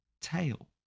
tail